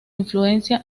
influencia